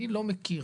אני לא מכיר.